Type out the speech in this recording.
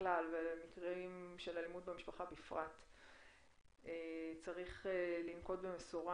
בכלל ומקרי אלימות במשפחה בפרט צריך לנקוט במשורה